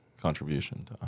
contribution